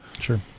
Sure